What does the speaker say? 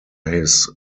his